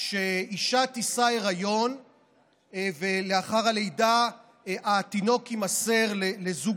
שאישה תישא היריון ולאחר הלידה התינוק יימסר לזוג